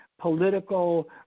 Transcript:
political